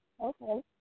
Okay